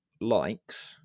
likes